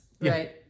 right